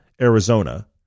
Arizona